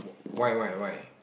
why why why